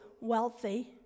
wealthy